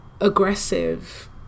aggressive